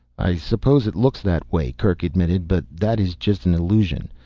i suppose it looks that way, kerk admitted. but that is just an illusion.